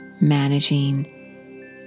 managing